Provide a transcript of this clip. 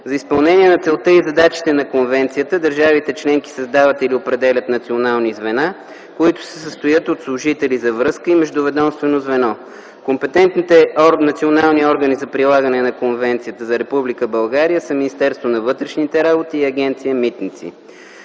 За изпълнение на целта и задачите на Конвенцията държавите членки създават или определят национални звена, които се състоят от служители за връзка и междуведомствено звено. Компетентните национални органи за прилагане на Конвенцията за Република България са Министерството на вътрешните работи и Агенция „Митници”.